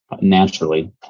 Naturally